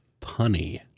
punny